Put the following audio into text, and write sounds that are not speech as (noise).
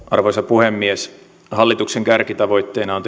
(unintelligible) arvoisa puhemies hallituksen kärkitavoitteena on (unintelligible)